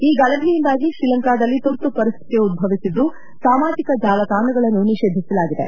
ಈ ಗಲಭೆಯಿಂದಾಗಿ ತ್ರೀಲಂಕಾದಲ್ಲಿ ತುರ್ತು ಪರಿಸ್ಥಿತಿ ಉದ್ಧವಿಸಿದ್ದು ಸಾಮಾಜಿಕ ಜಾಲತಾಣಗಳನ್ನು ನಿಷೇಧಿಸಲಾಗಿದೆ